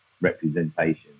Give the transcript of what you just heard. Representation